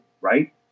Right